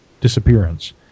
disappearance